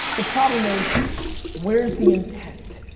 the problem is where's the intent?